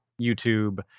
YouTube